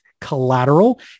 collateral